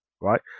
right